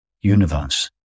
universe